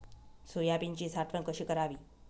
सोयाबीनची साठवण कशी करावी?